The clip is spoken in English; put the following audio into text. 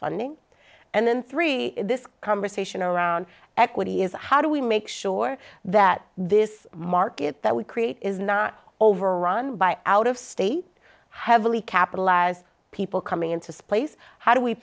funding and then through this conversation around equity is how do we make sure that this market that we create is not overrun by out of state heavily capitalized people coming into space how do we